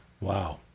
Wow